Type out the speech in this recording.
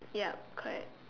ya correct